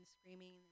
screaming